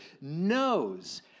knows